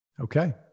Okay